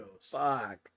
Fuck